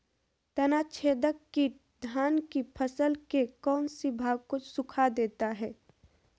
तनाछदेक किट धान की फसल के कौन सी भाग को सुखा देता है?